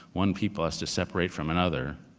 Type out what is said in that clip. one people has to separate from another,